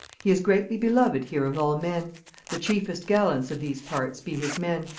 he is greatly beloved here of all men the chiefest gallants of these parts be his men,